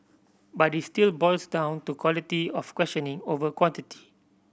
but it still boils down to quality of questioning over quantity